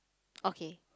okay